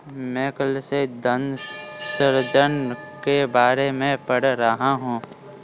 मैं कल से धन सृजन के बारे में पढ़ रहा हूँ